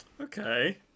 Okay